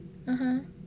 mmhmm